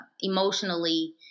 emotionally